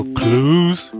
clues